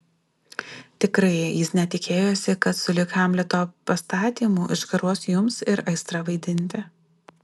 tikrai jis net tikėjosi kad sulig hamleto pastatymu išgaruos jums ir aistra vaidinti